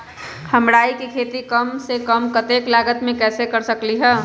हम राई के खेती कम से कम लागत में कैसे कर सकली ह?